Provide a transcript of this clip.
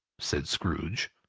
said scrooge.